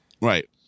Right